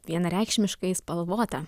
vienareikšmiškai spalvota